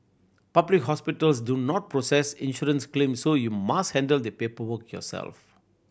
public hospitals do not process insurance claims so you must handle the paperwork yourself